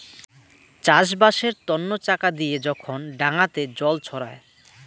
চাষবাসের তন্ন চাকা দিয়ে যখন ডাঙাতে জল ছড়ায়